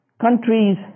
countries –